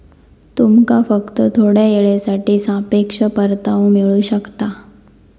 तुमका फक्त थोड्या येळेसाठी सापेक्ष परतावो मिळू शकता